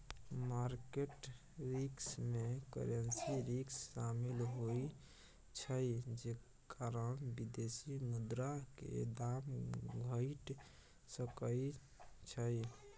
market risk में currency risk शामिल होइ छइ जे कारण विदेशी मुद्रा के दाम घइट सकइ छइ